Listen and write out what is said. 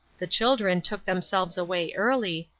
the children took themselves away early,